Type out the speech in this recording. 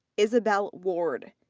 isabel ward.